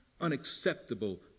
unacceptable